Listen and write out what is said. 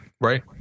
right